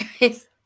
guys